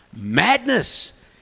Madness